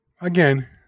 again